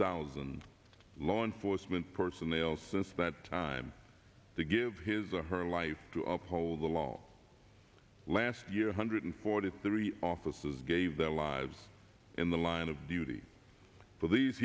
thousand law enforcement personnel since that time to give his or her life to uphold the law last year one hundred forty three officers gave their lives in the line of duty